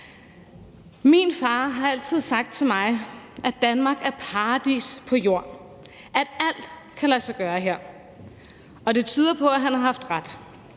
Min far har altid sagt til mig, at Danmark er paradis på jord, at alt kan lade sig gøre her, og det tyder på, at han har haft ret,